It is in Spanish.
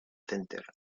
center